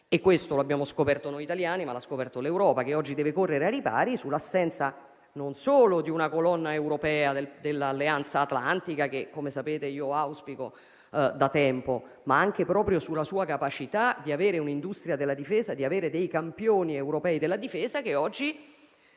Questo lo abbiamo scoperto noi italiani, ma l'ha scoperto l'Europa, che oggi deve correre ai ripari non solo sull'assenza di una colonna europea dell'Alleanza atlantica che, come sapete, auspico da tempo, ma anche proprio sulla sua capacità di avere un'industria della difesa e dei campioni europei della difesa che oggi